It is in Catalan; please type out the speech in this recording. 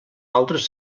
altres